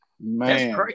Man